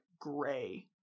gray